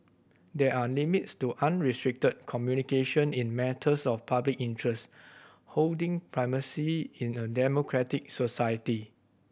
there are limits to unrestricted communication in matters of public interest holding primacy in a democratic society